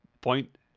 point